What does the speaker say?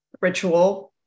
ritual